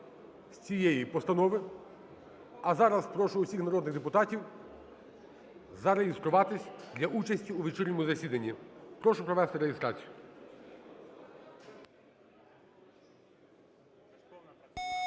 зараз прошу всіх народних депутатів зареєструватись для участі у вечірньому засіданні, прошу провести реєстрацію.